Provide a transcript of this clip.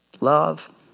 Love